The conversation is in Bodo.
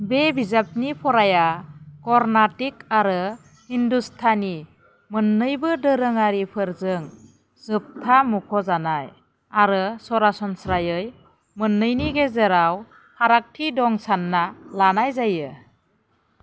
बे बिजाबनि फराया कर्नाटिक आरो हिन्दुस्टानि मोन्नैबो दोरोङारिफोरजों जोबथा मुंख'जानाय आरो सरासनस्रायै मोन्नैनि गेजेराव फारागथि दं सानना लानाय जायो